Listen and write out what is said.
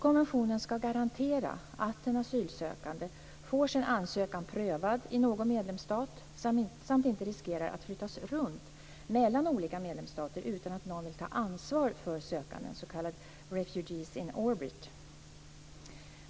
Konventionen ska garantera att den asylsökande får sin ansökan prövad i någon medlemsstat samt inte riskerar att flyttas runt mellan olika medlemsstater utan att någon vill ta ansvar för sökanden, s.k. refugees in orbit.